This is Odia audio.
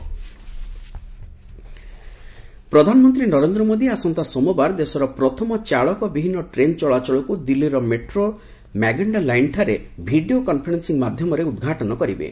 ଡ୍ରାଇଭରଲେସ୍ ଟ୍ରେନ୍ ପ୍ରଧାନମନ୍ତ୍ରୀ ନରେନ୍ଦ୍ର ମୋଦୀ ଆସନ୍ତା ସୋମବାର ଦେଶର ପ୍ରଥମ ଚାଳକ ବିହିନ ଟ୍ରେନ୍ ଚଳାଚଳକୁ ଦିଲ୍ଲୀ ମେଟ୍ରୋର ମାଗେଣ୍ଟା ଲାଇନ୍ଠାରେ ଭିଡ଼ିଓ କନ୍ଫରେନ୍ସିଂ ମାଧ୍ୟମରେ ଉଦ୍ଘାଟନ କରିବେ